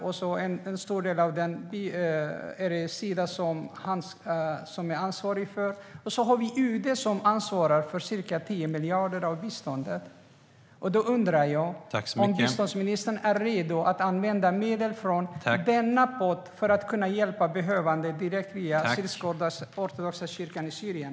En stor del är Sida ansvarigt för. UD ansvarar för ca 10 miljarder av biståndet. Jag undrar om biståndsministern är redo att använda medel från denna pott för att hjälpa behövande direkt via syrisk-ortodoxa kyrkan i Syrien.